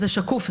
זה שקוף,